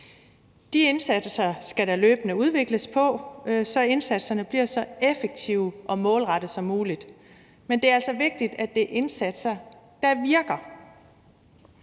De indsatser skal der løbende udvikles på, så de bliver så effektive og målrettede som muligt. Men det er altså vigtigt, at det er indsatser, der virker.